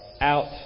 out